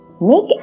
Make